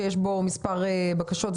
שיש בו מספר בקשות.